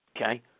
Okay